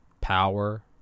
power